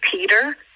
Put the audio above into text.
Peter